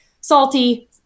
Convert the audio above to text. salty